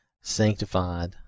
sanctified